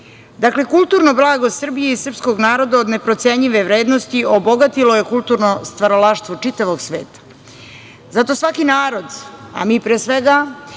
kulturno blago Srbije i srpskog naroda od neprocenjive je vrednosti i obogatilo je kulturno stvaralaštvo čitavog sveta. Zato svaki narod, a mi pre svega